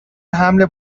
حمل